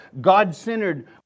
God-centered